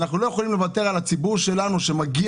אנחנו לא יכולים לוותר על מה שמגיע לציבור שלנו בזכות.